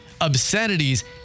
obscenities